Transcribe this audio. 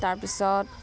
তাৰ পিছত